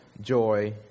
joy